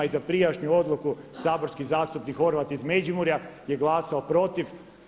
I za prijašnju odluku saborski zastupnik Horvat iz Međimurja je glasao protiv.